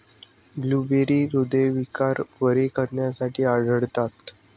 blueberry हृदयविकार बरे करण्यासाठी आढळतात